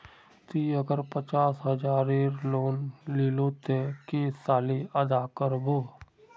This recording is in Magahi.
ती अगर पचास हजारेर लोन लिलो ते कै साले अदा कर बो?